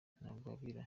ntagwabira